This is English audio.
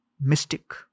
mystic